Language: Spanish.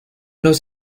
los